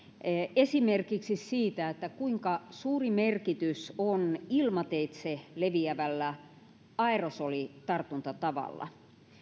esimerkiksi siitä kuinka suuri merkitys on ilmateitse leviävällä aerosolitartuntatavalla